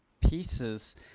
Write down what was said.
pieces